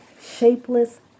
shapeless